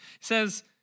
says